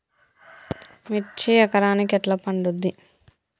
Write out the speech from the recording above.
మిర్చి ఎకరానికి ఎట్లా పండుద్ధి?